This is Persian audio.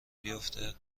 بیفته